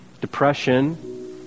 depression